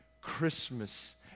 Christmas